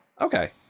Okay